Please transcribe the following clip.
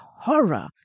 horror